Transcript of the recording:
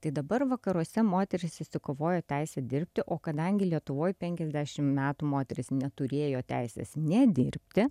tai dabar vakaruose moterys išsikovojo teisę dirbti o kadangi lietuvoj penkiasdešimt metų moteris neturėjo teisės nedirbti